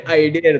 idea